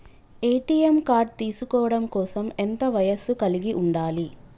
ATM card తీసుకోవడం కోసం ఎంత వయస్సు కలిగి ఉండాలి?